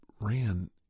ran